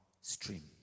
stream